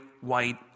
white